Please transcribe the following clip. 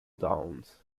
dawns